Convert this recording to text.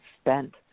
spent